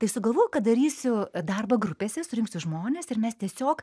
tai sugalvojau kad darysiu darbą grupėse surinksiu žmones ir mes tiesiog